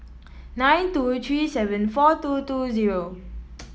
nine two three seven four two two zero